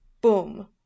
boom